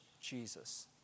Jesus